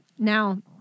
Now